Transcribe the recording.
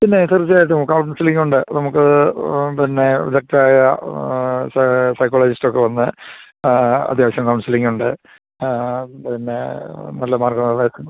പിന്നെ തീർച്ചയായിട്ടും കൗൺസിലിങ്ങുണ്ട് നമുക്ക് പിന്നെ ഗസ്റ്റായ സൈക്കോളജിസ്റ്റൊക്കെ വന്ന് അത്യാവശ്യം കൗൺസിലിങ്ങുണ്ട് പിന്നെ നല്ല മാർക്കാണ്